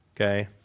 Okay